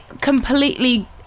completely